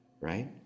right